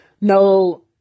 no